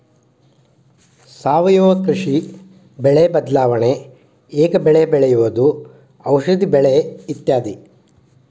ಸಾವಯುವ ಕೃಷಿ, ಬೆಳೆ ಬದಲಾವಣೆ, ಏಕ ಬೆಳೆ ಬೆಳೆಯುವುದು, ಔಷದಿ ಬೆಳೆ ಇತ್ಯಾದಿ